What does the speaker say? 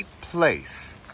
place